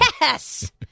Yes